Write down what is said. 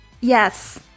Yes